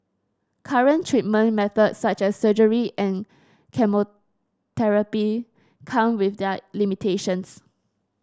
current treatment methods such as surgery and chemotherapy come with their limitations